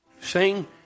sing